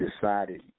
decided